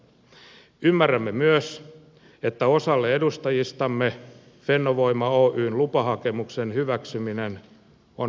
ymmärrämme myös että osalle edustajistamme fennovoima oyn lupahakemuksen hyväksyminen on mahdotonta